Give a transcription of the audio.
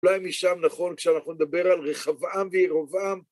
אולי משם נכון כשאנחנו נדבר על רחבעם וירבעם